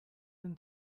than